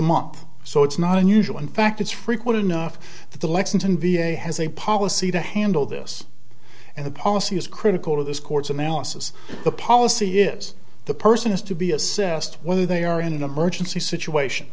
month so it's not unusual in fact it's frequent enough that the lexington v a has a policy to handle this and the policy is critical to this court's analysis the policy is the person has to be assessed whether they are in an emergency situation